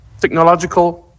technological